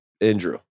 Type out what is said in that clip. Andrew